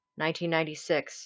1996